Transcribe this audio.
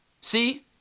see